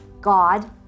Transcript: God